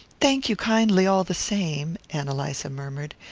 thank you kindly all the same, ann eliza murmured.